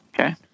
Okay